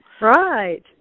Right